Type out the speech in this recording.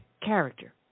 character